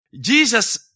Jesus